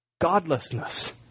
Godlessness